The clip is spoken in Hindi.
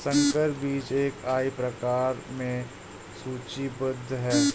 संकर बीज एफ.आई प्रकार में सूचीबद्ध है